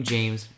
James